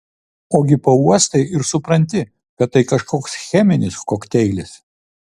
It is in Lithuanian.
ogi pauostai ir supranti kad tai kažkoks cheminis kokteilis